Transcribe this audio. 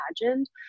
imagined